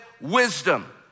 wisdom